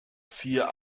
vier